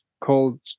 called